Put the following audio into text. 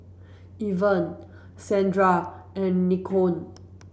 Irven Saundra and Nikko